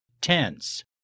tense